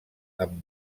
amb